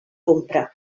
comprar